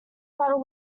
butter